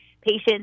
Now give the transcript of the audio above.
patients